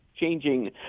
changing